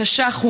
בתש"ח,